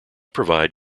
provide